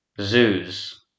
zoos